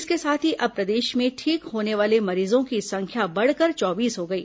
इसके साथ ही अब प्रदेश में ठीक होने वाले मरीजों की संख्या बढ़कर चौबीस हो गई